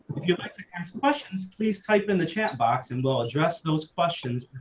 if you'd like to ask questions, please type in the chat box and we'll address those questions,